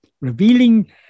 Revealing